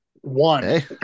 one